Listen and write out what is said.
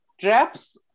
traps